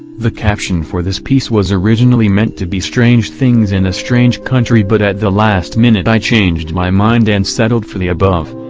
the caption for this piece was originally meant to be strange things in a strange country but at the last minute i changed my mind and settled for the above.